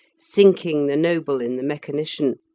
sinking the noble in the mechanician,